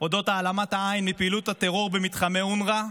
על העלמת העין מפעילות הטרור במתחמי אונר"א,